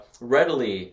readily